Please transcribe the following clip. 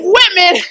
women